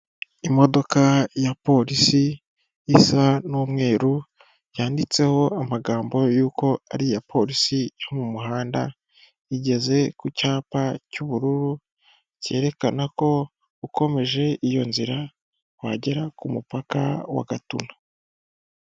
Imodoka ya polisi isa n'umweru yanditseho amagambo y'uko ari iya polisi yo mu muhanda, igeze ku cyapa cy'ubururu cyerekana ko ukomeje iyo nzira wagera ku mupaka wa gatuna.